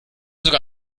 sogar